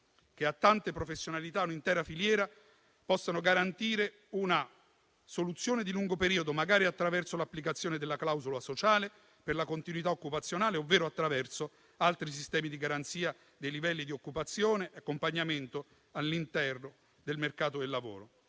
che a tante professionalità e a un'intera filiera possono garantire una soluzione di lungo periodo, magari attraverso l'applicazione della clausola sociale per la continuità occupazionale, ovvero attraverso altri sistemi di garanzia dei livelli di occupazione e accompagnamento all'interno del mercato del lavoro.